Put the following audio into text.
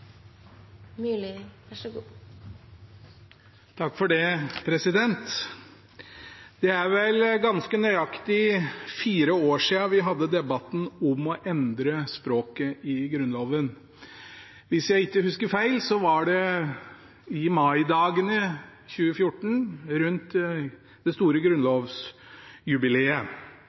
vel ganske nøyaktig fire år siden vi hadde debatten om å endre språket i Grunnloven. Hvis jeg ikke husker feil, var det maidagene i 2014, rundt det store grunnlovsjubileet.